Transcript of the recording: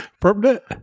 Permanent